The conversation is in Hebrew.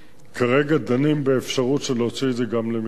כרגע דנים באפשרות להוציא את זה גם למכרזים.